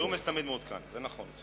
ג'ומס תמיד מעודכן, זה נכון.